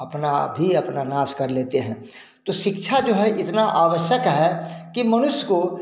अपना आप ही अपना नाश कर लेते हैं तो शिक्षा जो है इतना आवश्यक है कि मनुष्य को